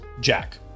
jack